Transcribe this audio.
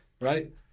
Right